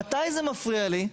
מתי זה מפריע לי?